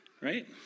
right